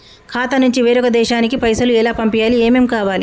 ఖాతా నుంచి వేరొక దేశానికి పైసలు ఎలా పంపియ్యాలి? ఏమేం కావాలి?